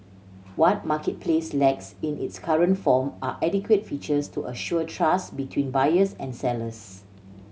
what marketplace lacks in its current form are adequate features to assure trust between buyers and sellers